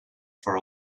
for